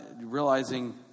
realizing